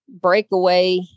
breakaway